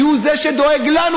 כי הוא זה שדואג לנו,